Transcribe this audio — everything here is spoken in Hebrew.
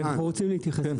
נרצה להתייחס.